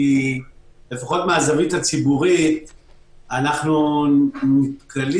כי לפחות מהזווית הציבורית אנחנו נתקלים